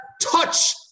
touch